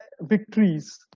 victories